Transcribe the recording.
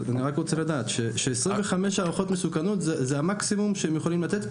אני רק רוצה לדעת ש-25 הערכות מסוכנות זה המקסימום שהם יכולים לתת.